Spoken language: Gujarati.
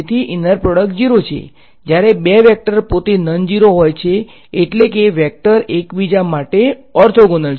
તેથી ઈનર પ્રોડક્ટ 0 જ્યારે બે વેક્ટર પોતે નનઝીરો હોય છે એટલે કે વેક્ટર એકબીજા માટે ઓર્થોગોનલ છે